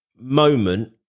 moment